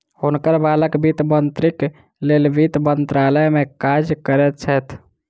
हुनकर बालक वित्त मंत्रीक लेल वित्त मंत्रालय में काज करैत छैथ